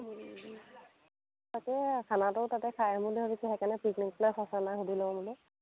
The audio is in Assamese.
তাকে খানাটো তাতে খাই আহিম বুলি ভাবিছো সেইকাৰণে পিকনিক প্লেচ আছে নাই সুধি লওঁ বোলো